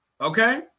Okay